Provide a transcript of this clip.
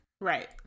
Right